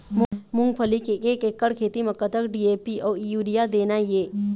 मूंगफली के एक एकड़ खेती म कतक डी.ए.पी अउ यूरिया देना ये?